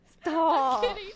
Stop